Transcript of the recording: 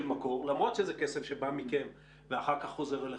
מקור למרות שזה כסף שבא מכם ואחר כך חוזר אליכם,